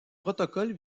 protocole